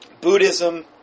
Buddhism